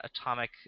atomic